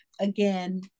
again